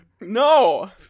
No